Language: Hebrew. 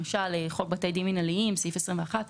למשל, חוק בתי דין מינהליים, סעיף 21,